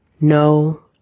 No